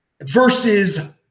versus